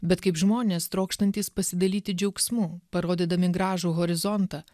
bet kaip žmonės trokštantys pasidalyti džiaugsmu parodydami gražų horizontą